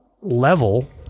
level